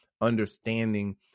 understanding